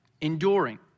enduring